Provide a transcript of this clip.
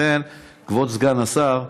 לכן, כבוד סגן השר,